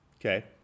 okay